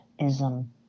ism